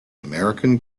american